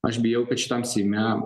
aš bijau kad šitam seime